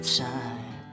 time